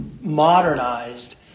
modernized